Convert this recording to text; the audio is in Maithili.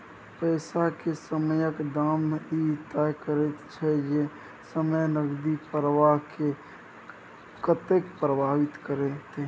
पैसा के समयक दाम ई तय करैत छै जे समय नकदी प्रवाह के कतेक प्रभावित करते